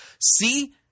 See